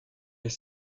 est